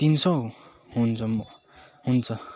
तिन सय हुन्छ म हुन्छ